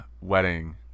wedding